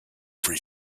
free